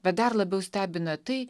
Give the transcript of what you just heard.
bet dar labiau stebina tai